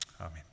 Amen